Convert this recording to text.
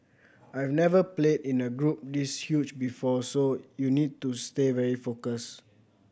I have never played in a group this huge before so you need to stay very focused